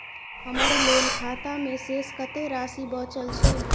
हमर लोन खाता मे शेस कत्ते राशि बचल छै?